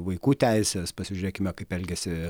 vaikų teises pasižiūrėkime kaip elgiasi